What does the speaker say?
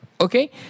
Okay